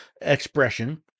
expression